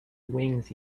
wings